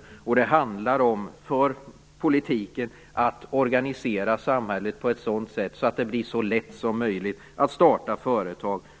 För politiken handlar det om att organisera samhället på ett sådant sätt att det blir så lätt som möjligt att starta